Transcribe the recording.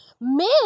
men